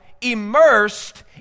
immersed